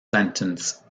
sentence